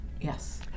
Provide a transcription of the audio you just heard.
Yes